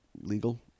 legal